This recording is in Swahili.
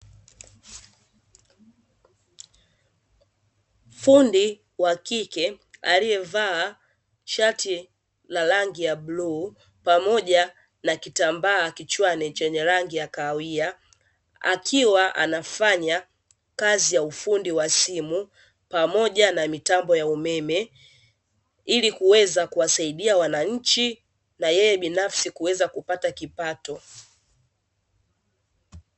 Fundi wa kike aliyevaa shati la rangi ya bluu pamoja na kitambaa kichwani chenye rangi ya kahawia, akiwa anafanya kazi ya ufundi wa simu pamoja na mitambo ya umeme, ili kuwasaidia wananchi na yeye binafsi kuweza kupata kipato.